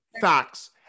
facts